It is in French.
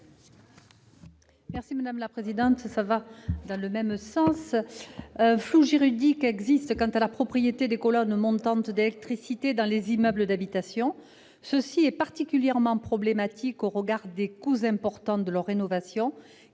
est à Mme Christine Bonfanti-Dossat. Un flou juridique existe quant à la propriété des colonnes montantes d'électricité dans les immeubles d'habitation. Ce fait est particulièrement problématique au regard des coûts importants de rénovation